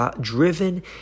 driven